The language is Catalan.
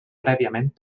prèviament